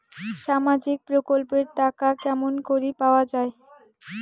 সামাজিক প্রকল্পের টাকা কেমন করি পাওয়া যায়?